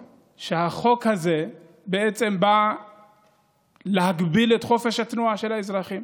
החוק הזה בעצם בא להגביל את חופש התנועה של האזרחים,